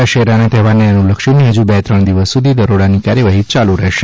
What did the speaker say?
દશેરાના તહેવારને અનુલક્ષીને હજુ બે ત્રણ દિવસ સુધી દરોડાની કાર્યવાફી ચાલુ રહેશે